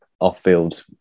off-field